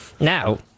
Now